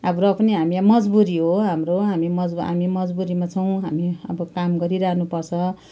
अब र पनि हामीलाई मजबुरी हो हाम्रो हामी मज हामी मजबुरीमा छौँ हामी अब काम गरिरहनु पर्छ